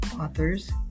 authors